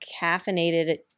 caffeinated